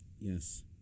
Yes